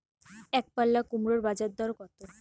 একপাল্লা কুমড়োর বাজার দর কত?